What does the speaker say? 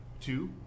two